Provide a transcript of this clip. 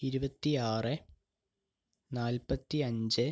ഇരുപത്തി ആറ് നാല്പത്തി അഞ്ച്